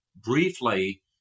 briefly